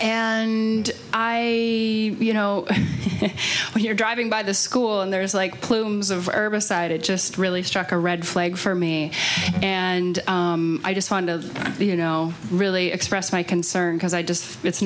and i you know when you're driving by the school and there is like plumes of herbicide it just really struck a red flag for me and i just wanted to you know really express my concern because i just it's